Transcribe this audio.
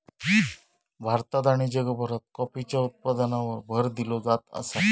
भारतात आणि जगभरात कॉफीच्या उत्पादनावर भर दिलो जात आसा